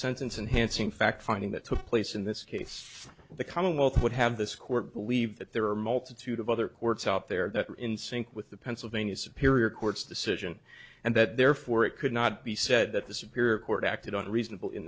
sentence and hansing fact finding that took place in this case the commonwealth would have this court believe that there are multitude of other courts out there that are in sync with the pennsylvania superior court's decision and that therefore it could not be said that the superior court acted on reasonable in